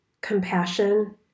compassion